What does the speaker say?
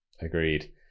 agreed